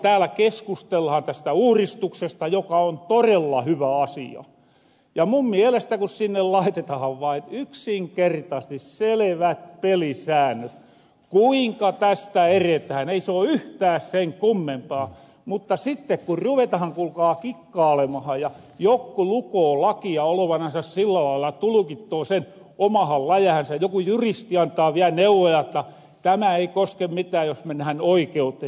täällä keskustellahan tästä uuristuksesta joka on torella hyvä asia ja mun mielestä ku sinne laitetahan vaan yksinkertaasesti selevät pelisäännöt kuinka tästä eretähän ei se oo yhtään sen kummempaa mutta sitte ku ruvetahan kuulkaa kikkaalemahan ja jokku lukoo lakia olovanansa sillä lailla tulkittoo sen omahan läjähänsä joku juristi antaa viel neuvoja jotta tämä ei koske mitään jos mennähän oikeuteen